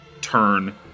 turn